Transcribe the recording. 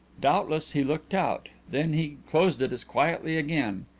doubtless he looked out. then he closed it as quietly again.